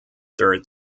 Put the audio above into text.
third